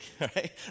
right